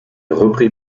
repris